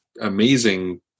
amazing